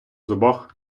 зубах